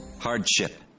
Hardship